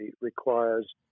requires